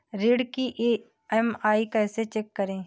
ऋण की ई.एम.आई कैसे चेक करें?